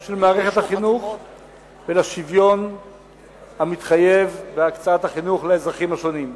של מערכת החינוך ולשוויון המתחייב בהקצאת החינוך לאזרחים השונים.